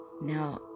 Now